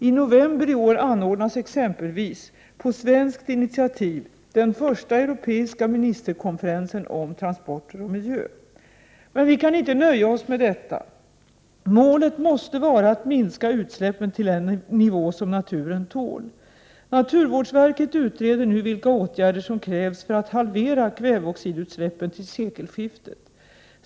I november i år anordnas exempelvis på svenskt initiativ den första europeiska ministerkonferensen om transporter och miljö. Men vi kan inte nöja oss med detta. Målet måste vara att minska utsläppen till en nivå som naturen tål. Naurvårdsverket utreder nu vilka åtgärder som krävs för att halvera kväveoxidutsläppen till sekelskiftet.